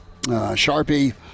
Sharpie